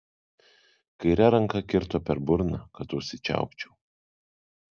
kaire ranka kirto per burną kad užsičiaupčiau